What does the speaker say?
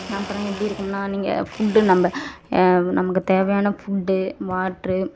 அப்புறம் எப்படி இருக்கும்னால் நீங்க ஃபுட் நம்ப நமக்கு தேவையான ஃபுட் வாட்ரு